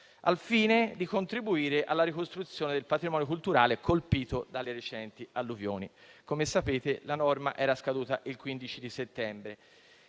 al fine di contribuire alla ricostruzione del patrimonio culturale colpito dalle recenti alluvioni. Come sapete, la norma era scaduta il 15 settembre